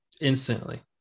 Instantly